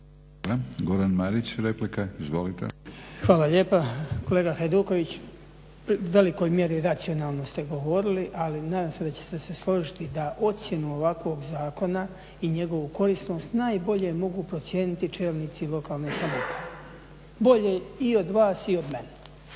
**Marić, Goran (HDZ)** Hvala lijepa. Kolega Hajduković u velikoj mjeri racionalno ste govorili, ali nadam se da ćete se složiti da ocjenu ovakvog zakona i njegovu korisnost najbolje mogu procijeniti čelnici lokalne samouprave bolje i od vas i od mene.